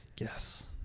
yes